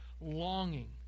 longing